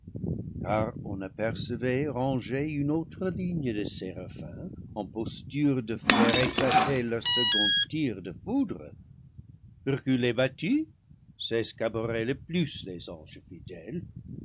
car on apercevait rangée une autre ligne de séraphins en posture de faire éclater leur second tir de foudre reculer battus c'est ce qu'abhorraient le plus les anges fidèles